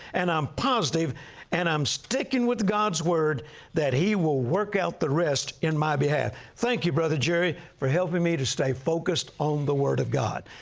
and i'm positive and i'm sticking with god's word that he will work out the rest in my behalf. thank you, brother jerry, for helping me to stay focused on the word of god.